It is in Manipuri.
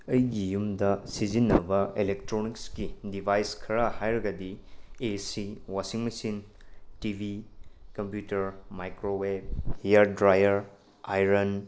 ꯑꯩꯒꯤ ꯌꯨꯝꯗ ꯁꯤꯖꯤꯟꯅꯕ ꯑꯦꯂꯦꯛꯇ꯭ꯔꯣꯅꯤꯛꯁꯀꯤ ꯗꯤꯚꯥꯏꯁ ꯈꯔ ꯍꯥꯏꯔꯒꯗꯤ A C washing machine T V computer microwave hair dryer iron